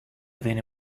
within